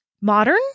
modern